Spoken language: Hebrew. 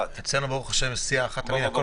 אם אני מראה לכם את הגרפים של התמותה